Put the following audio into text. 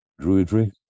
Druidry